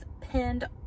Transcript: pinned